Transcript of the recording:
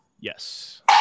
Yes